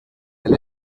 del